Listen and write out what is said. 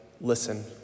listen